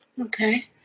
Okay